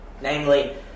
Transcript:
Namely